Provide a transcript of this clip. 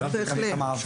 צריך להיות גם את